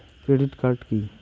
Credit card key?